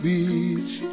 Beach